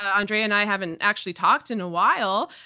andrea and i haven't actually talked in a while,